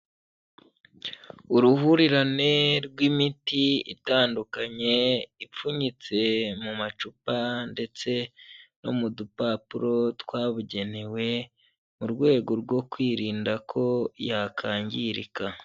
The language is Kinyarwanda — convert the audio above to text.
Uruhurirane rw'imiti itandukanye ipfunyitse mu macupa ndetse no mu dupapuro twabugenewe, mu rwego rwo kwirinda ko yakangirika.